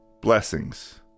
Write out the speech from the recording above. Blessings